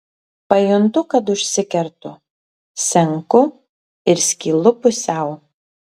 pajuntu kad užsikertu senku ir skylu pusiau